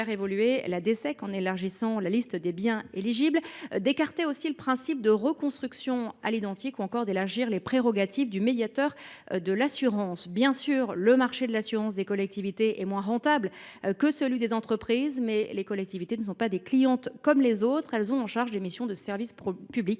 (DSEC) en élargissant la liste des biens éligibles, d’écarter le principe de reconstruction « à l’identique » ou encore d’étendre les prérogatives du médiateur de l’assurance. Bien sûr, le marché de l’assurance des collectivités est moins rentable que celui des entreprises, mais les collectivités ne sont pas des clientes comme les autres. Elles sont chargées des missions de service public